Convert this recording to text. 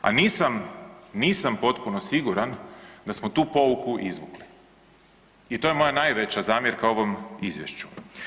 A nisam, nisam potpuno siguran da smo tu pouku izvukli i to je moja najveća zamjerka ovom izvješću.